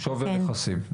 שווי הנכסים.